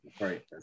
Right